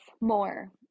more